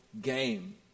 game